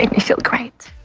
and me feel great.